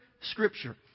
Scripture